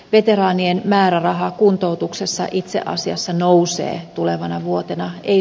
veteraanien määräraha kuntoutuksessa itse asiassa nousee tulevana vuotena ei